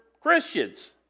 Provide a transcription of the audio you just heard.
Christians